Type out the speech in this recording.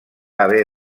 haver